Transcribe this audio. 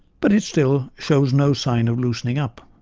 but it still shows no sign of loosening-up.